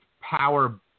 power